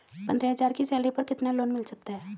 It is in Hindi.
पंद्रह हज़ार की सैलरी पर कितना लोन मिल सकता है?